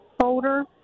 folder